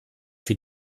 für